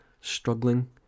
struggling